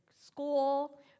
school